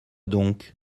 donc